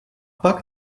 pak